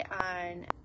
on